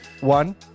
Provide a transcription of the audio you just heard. one